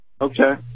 Okay